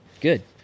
Good